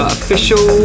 official